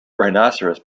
rhinoceros